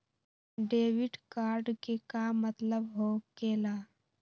Debit card के का मतलब होकेला?